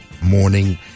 morning